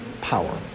power